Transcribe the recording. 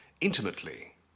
intimately